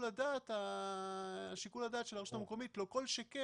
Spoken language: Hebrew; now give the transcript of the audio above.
לעשות ונוכל להציג בפניכם את התיקונים שנובעים מההערות